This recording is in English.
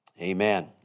Amen